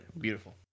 Beautiful